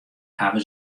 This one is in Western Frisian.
hawwe